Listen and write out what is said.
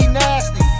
nasty